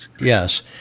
Yes